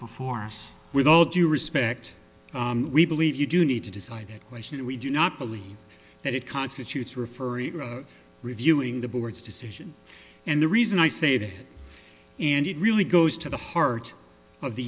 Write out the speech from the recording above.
before us with all due respect we believe you do need to decide that question and we do not believe that it constitutes referral reviewing the board's decision and the reason i say that and it really goes to the heart of the